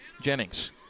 Jennings